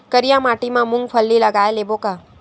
करिया माटी मा मूंग फल्ली लगय लेबों का?